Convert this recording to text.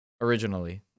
originally